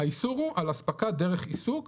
האיסור הוא על הספקה דרך עיסוק.